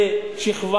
שלשכבה